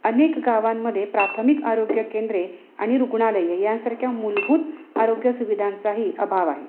अनेक गावांमध्ये प्राथमिक आरोग्य केंद्रे आणि रुग्णालये यांसारख्या मूलभूत आरोग्य सुविधांचाही अभाव आहे